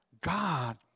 God